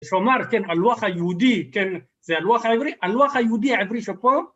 שומר, כן? הלוח היהודי, כן? זה הלוח העברי. הלוח היהודי העברי שפה...